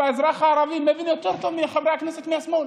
והאזרח הערבי מבין יותר טוב מחברי הכנסת מהשמאל.